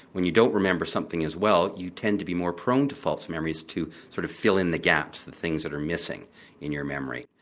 when we don't remember something as well, you tend to be more prone to false memories to sort of fill in the gaps, the things that are missing in your memory.